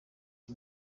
iyi